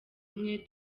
umwe